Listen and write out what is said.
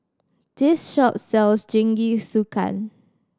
this shop sells Jingisukan